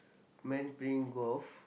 man playing golf